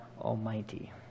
Almighty